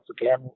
again